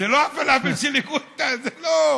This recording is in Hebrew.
זה לא הפלאפל של גואטה, זה לא.